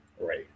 Right